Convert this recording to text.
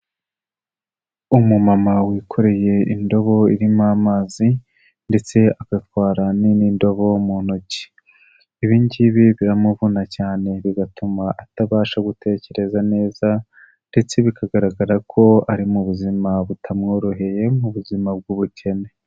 Umumama wikoreye indobo irimo amazi ndetse agatwara n'indi ndobo mu ntoki, ibi ngibi biramuvuna cyane bigatuma atabasha gutekereza neza ndetse bikagaragara ko ari mu buzima butamworoheye mu buzima bw'ubukene.